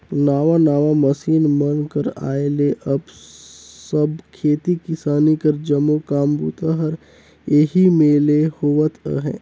नावा नावा मसीन मन कर आए ले अब सब खेती किसानी कर जम्मो काम बूता हर एही मे ले होवत अहे